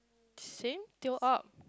same till up